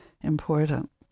important